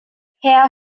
herr